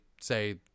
say